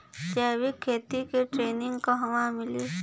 जैविक खेती के ट्रेनिग कहवा मिली?